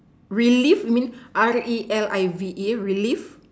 relive means R_E_L_I_V_E relive